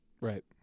Right